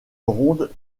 ronde